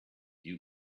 you